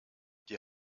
die